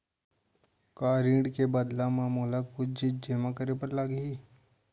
का ऋण के बदला म मोला कुछ चीज जेमा करे बर लागही?